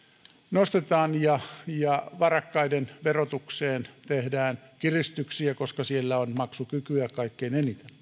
nostetaan ja varakkaiden verotukseen tehdään kiristyksiä koska siellä on maksukykyä kaikkein eniten